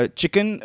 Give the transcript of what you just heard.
chicken